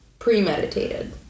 Premeditated